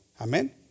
Amen